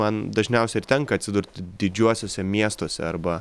man dažniausiai ir tenka atsidurti didžiuosiuose miestuose arba